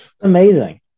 Amazing